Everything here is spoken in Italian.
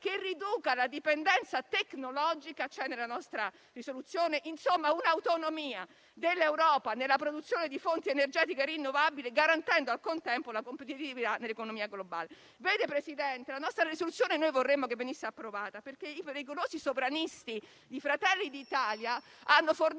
che riduca la dipendenza tecnologica. Questo c'è nella nostra risoluzione: un'autonomia dell'Europa nella produzione di fonti energetiche rinnovabili, garantendone al contempo la competitività nell'economia globale. Signor Presidente, noi vorremmo che la nostra risoluzione venisse approvata, perché i pericolosi sovranisti di Fratelli d'Italia hanno fornito